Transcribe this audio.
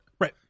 right